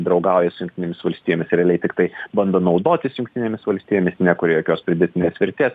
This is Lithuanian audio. draugauja su jungtinėmis valstijomis realiai tiktai bando naudotis jungtinėmis valstijomis nekuria jokios pridėtinės vertės